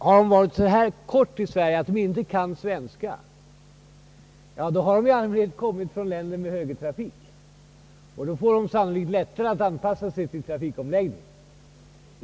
Har de varit så kort tid i Sverige att de inte kan svenska, har de i allmänhet kommit från länder med högertrafik, och då får de sannolikt lättare att anpassa sig till trafikomläggningen.